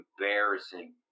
embarrassing